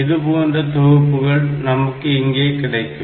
இதுபோன்ற தொகுப்புகள் நமக்கு இங்கே கிடைக்கும்